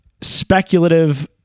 speculative